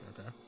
okay